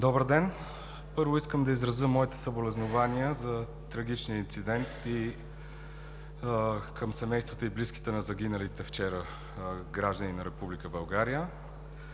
Добър ден! Първо искам да изразя моите съболезнования за трагичния инцидент вчера към семействата и близките на загиналите граждани на Република